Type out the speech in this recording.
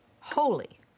holy